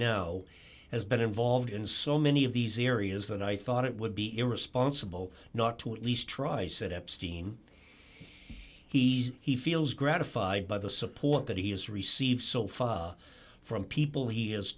now has been involved in so many of these areas that i thought it would be irresponsible not to at least try said epstein he he feels gratified by the support that he has received so far from people he has